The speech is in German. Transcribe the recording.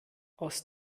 aus